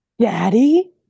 daddy